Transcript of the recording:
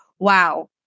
Wow